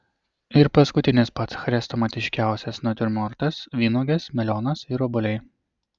ir paskutinis pats chrestomatiškiausias natiurmortas vynuogės melionas ir obuoliai